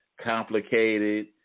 complicated